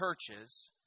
churches